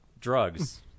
Drugs